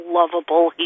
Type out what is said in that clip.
lovable